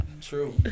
True